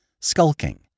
skulking